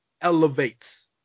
elevates